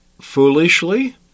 foolishly